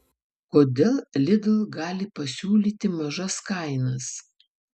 kodėl lidl gali pasiūlyti mažas kainas